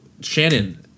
Shannon